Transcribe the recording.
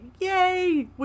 Yay